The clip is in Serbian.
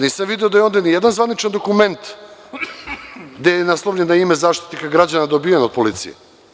Nisam video da je ovde nijedan zvaničan dokument naslovljen na ime Zaštitnika građana odbijen od policije.